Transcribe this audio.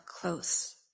close